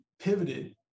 pivoted